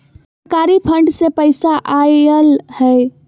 सरकारी फंड से पईसा आयल ह?